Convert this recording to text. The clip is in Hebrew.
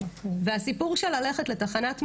הסיפור של ללכת לתחנת משטרה,